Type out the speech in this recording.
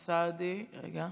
סעדי, רגע,